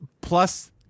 plus